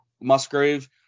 Musgrave